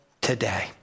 today